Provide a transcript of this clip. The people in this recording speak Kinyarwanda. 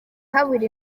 habura